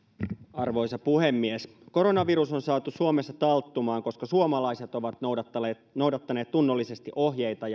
arvoisa puhemies koronavirus on saatu suomessa talttumaan koska suomalaiset ovat noudattaneet noudattaneet tunnollisesti ohjeita